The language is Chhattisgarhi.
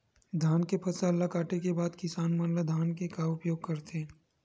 धान के फसल ला काटे के बाद किसान मन धान के का उपयोग करथे?